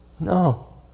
No